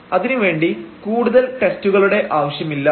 അതിനുവേണ്ടി കൂടുതൽ ടെസ്റ്റുകളുടെ ആവശ്യമില്ല